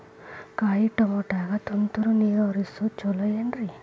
ಕಾಯಿತಮಾಟಿಗ ತುಂತುರ್ ನೇರ್ ಹರಿಸೋದು ಛಲೋ ಏನ್ರಿ?